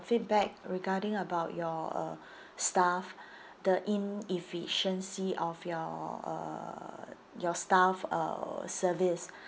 feedback regarding about your uh staff the inefficiency of your uh your staff uh service